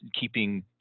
keeping